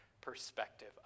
perspective